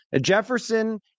Jefferson